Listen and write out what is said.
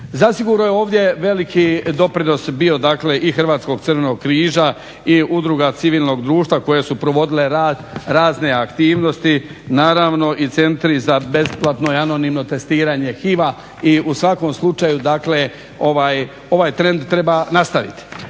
Zasigurno je ovdje veliki doprinos bio i Hrvatskog crvenog križa i udruga civilnog društva koje su provodile razne aktivnosti, naravno i centri za besplatno i anonimno testiranje HIV-a i u svakom slučaju dakle, ovaj trend treba nastaviti.